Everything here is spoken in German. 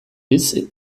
bis